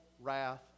wrath